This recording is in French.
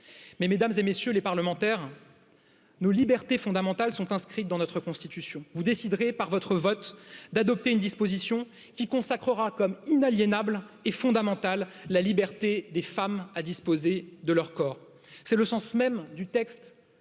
Mᵐᵉˢ et MM. les parlementaires, nos libertés fondamentales sont inscrites dans notre constitution, vous déciderez par votre vote d'adopter une disposition qui consacrera comme inaliénable et fondamentale la liberté des femmes à disposer de leur corps c'est le sens même du texte